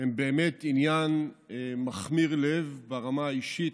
הם באמת עניין מכמיר לב ברמה האישית,